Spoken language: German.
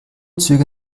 züge